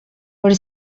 per